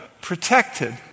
protected